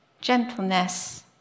gentleness